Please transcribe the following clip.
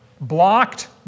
blocked